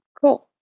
cool